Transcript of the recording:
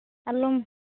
ᱟᱞᱚᱢ